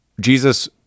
Jesus